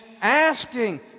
asking